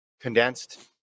condensed